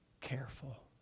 Careful